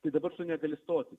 tai dabar tu negali stoti